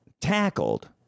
tackled